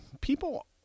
people